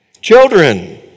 Children